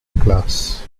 class